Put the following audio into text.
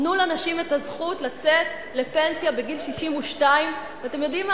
תנו לנשים את הזכות לצאת לפנסיה בגיל 62. ואתם יודעים מה,